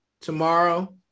tomorrow